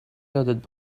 یادت